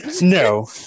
No